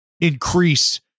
increase